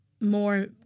more